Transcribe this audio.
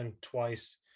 twice